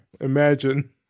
Imagine